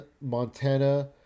Montana